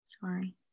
sorry